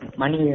money